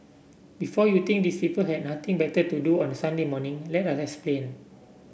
before you think these people had nothing better to do on Sunday morning let us explain